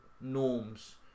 norms